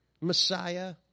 Messiah